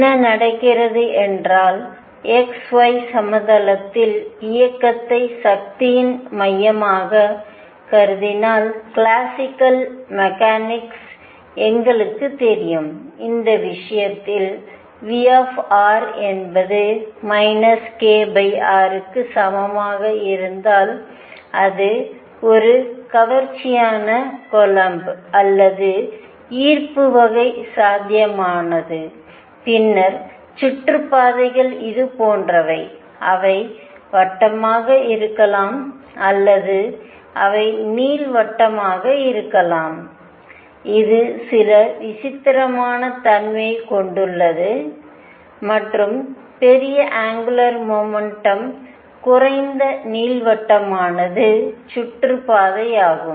என்ன நடக்கிறது என்றால் xy சமதளத்தில் இயக்கத்தை சக்தியின் மையமாகக் கருதினால் கிளாசிக்கல் மெக்கானிக்கிலிருந்து எங்களுக்குத் தெரியும் இந்த விஷயத்தில் V என்பது k r க்கு சமமாக இருந்தால் அது ஒரு கவர்ச்சியான கூலம்ப் அல்லது ஈர்ப்பு வகை சாத்தியமான பின்னர் சுற்றுப்பாதைகள் இதுபோன்றவை அவை வட்டமாக இருக்கலாம் அல்லது அவை நீள்வட்டமாக இருக்கலாம் இது சில விசித்திரமான தன்மையைக் கொண்டுள்ளது மற்றும் பெரிய அங்குலார் மொமெண்டம் குறைந்த நீள்வட்டமானது சுற்றுப்பாதையாகும்